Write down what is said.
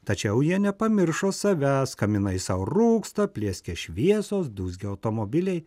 tačiau jie nepamiršo savęs kaminai sau rūksta plieskia šviesos dūzgia automobiliai